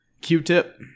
q-tip